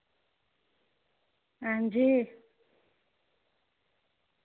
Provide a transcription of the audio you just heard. हां जी